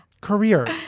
careers